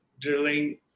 drilling